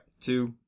two